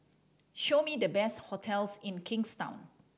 show me the best hotels in Kingstown